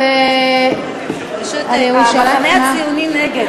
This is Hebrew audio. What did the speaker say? פשוט המחנה הציוני נגד,